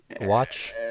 watch